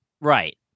right